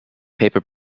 paper